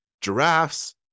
Giraffes